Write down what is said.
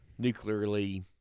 nuclearly